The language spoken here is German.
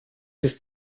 ist